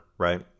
right